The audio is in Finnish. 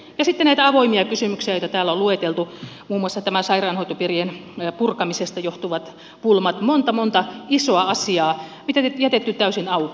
ja sitten on näitä avoimia kysymyksiä joita täällä on lueteltu muun muassa nämä sairaanhoitopiirien purkamisesta johtuvat pulmat monta monta isoa asiaa joita on jätetty täysin auki